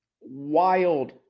wild